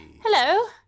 Hello